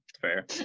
Fair